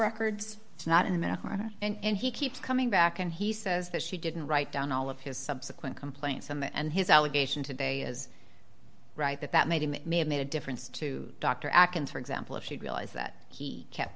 records it's not in america and he keeps coming back and he says that she didn't write down all of his subsequent complaints and the and his allegation today is right that that made him it may have made a difference to dr atkins for example if she realized that he kept